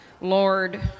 Lord